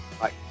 Bye